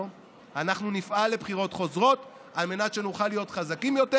אנחנו נפעל לבחירות חוזרות על מנת שנוכל להיות חזקים יותר,